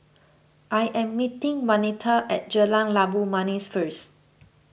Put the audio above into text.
I am meeting Waneta at Jalan Labu Manis first